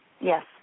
Yes